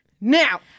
now